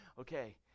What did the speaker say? Okay